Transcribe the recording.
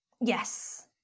yes